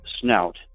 snout